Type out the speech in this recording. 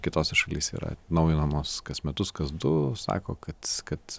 kitose šalyse yra naujinamos kas metus kas du sako kad kad